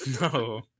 No